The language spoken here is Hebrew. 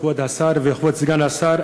כבוד השר וכבוד סגן השר,